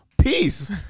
Peace